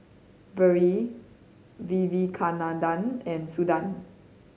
Vedre Vivekananda and Suda